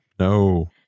No